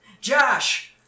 Josh